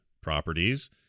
properties